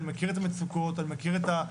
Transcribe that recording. אני מכיר את המצוקות, אני מכיר את הפרובלמטיות.